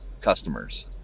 customers